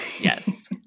yes